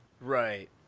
right